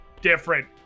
different